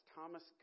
Thomas